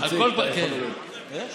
ראחת